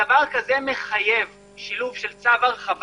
דבר כזה מחייב שילוב של צו הרחבה,